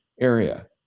area